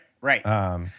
right